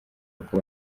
uko